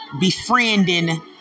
befriending